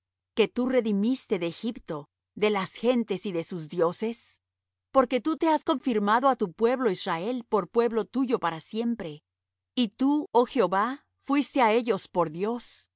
que tú redimiste de egipto de las gentes y de sus dioses porque tú te has confirmado á tu pueblo israel por pueblo tuyo para siempre y tú oh jehová fuiste á ellos por dios